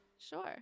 Sure